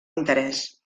interès